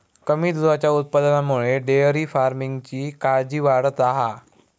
कमी दुधाच्या उत्पादनामुळे डेअरी फार्मिंगची काळजी वाढता हा